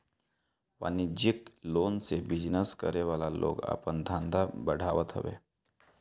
वाणिज्यिक लोन से बिजनेस करे वाला लोग आपन धंधा बढ़ावत हवे